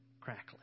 Crackling